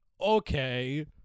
okay